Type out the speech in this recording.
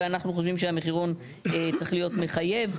ואנחנו חושבים שהמחירון צריך להיות מחייב.